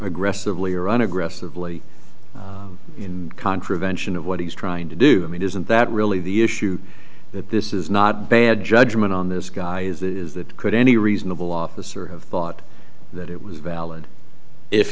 aggressively or run aggressively in contravention of what he's trying to do i mean isn't that really the issue that this is not bad judgment on this guy is that could any reasonable officer have thought that it was valid if